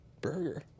burger